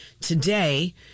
today